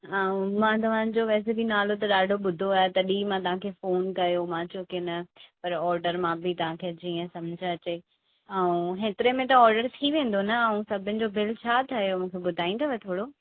ऐं मां तव्हां जो वैसे बि नालो ॾाढो ॿुधो आहे तॾहिं मां तव्हांखे फोन कयो मां चयो की न पर ऑडर मां बि तव्हांखे कीअं समुझ अचे ऐं हेतिरे में त ऑडर थी वेंदो न ऐं सभिनि जो बिल छा ठहियो मूंखे ॿुधाईंदव थोरो